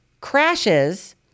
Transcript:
crashes